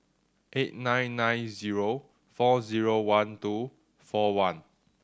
eight nine nine zero four zero one two four one